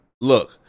Look